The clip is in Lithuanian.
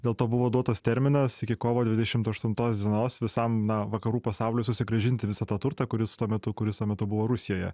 dėl to buvo duotas terminas iki kovo dvidešimt aštuntos dienos visam na vakarų pasauliui susigrąžinti visą tą turtą kuris tuo metu kuris tuo metu buvo rusijoje